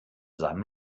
seinem